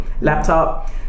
laptop